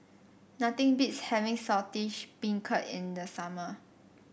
nothing beats having Saltish Beancurd in the summer